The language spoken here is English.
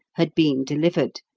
had been delivered,